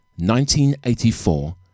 1984